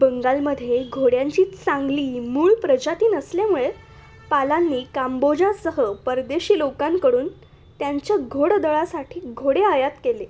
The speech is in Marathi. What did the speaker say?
बंगालमध्ये घोड्यांची चांगली मूळ प्रजाती नसल्यामुळे पालांनी कांबोजांसह परदेशी लोकांकडून त्यांच्या घोडदळासाठी घोडे आयात केले